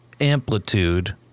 amplitude